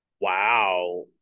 Wow